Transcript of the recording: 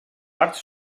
parts